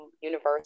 universe